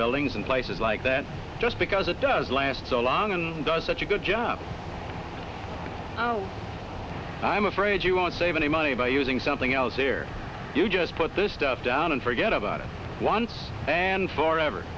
buildings and places like that just because it does last so long and does such a good job i'm afraid you won't save any money by using something else here you just put the stuff down and forget about it once and for